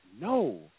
No